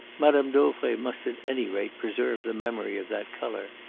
madame dauvray must at any rate preserve the memory of that colour.